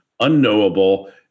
unknowable